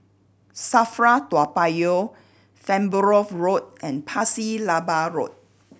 SAFRA Toa Payoh Farnborough Road and Pasir Laba Road